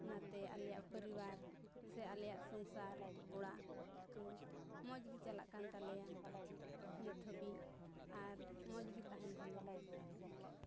ᱚᱱᱟᱛᱮ ᱟᱞᱮᱭᱟᱜ ᱯᱚᱨᱤᱵᱟᱨ ᱥᱮ ᱟᱞᱮᱭᱟᱜ ᱥᱚᱝᱥᱟᱨ ᱚᱲᱟᱜ ᱠᱚ ᱢᱚᱡᱽᱜᱮ ᱪᱟᱞᱟᱜ ᱠᱟᱱ ᱛᱟᱞᱮᱭᱟ ᱱᱤᱛ ᱦᱟᱹᱵᱤᱡ ᱟᱨ ᱢᱚᱡᱽᱜᱮ ᱛᱟᱦᱮᱱ ᱛᱟᱞᱮᱭᱟ